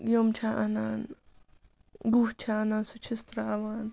یِم چھِ اَنان گُہہ چھِ اَنان سُہ چھس ترٛاوان